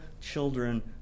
children